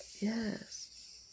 Yes